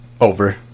over